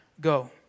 Go